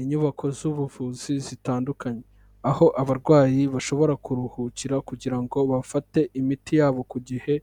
Inyubako z'ubuvuzi zitandukanye, aho abarwayi bashobora kuruhukira kugira ngo bafate imiti yabo ku gihe